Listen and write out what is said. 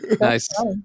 Nice